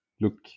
look